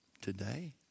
today